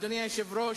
אדוני היושב-ראש,